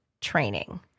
training